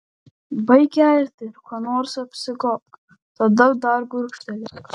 baik gerti ir kuo nors apsigobk tada dar gurkštelėk